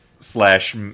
slash